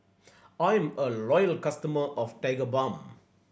I'm a loyal customer of Tigerbalm